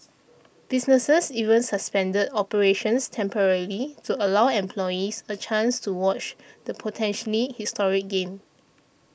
businesses even suspended operations temporarily to allow employees a chance to watch the potentially historic game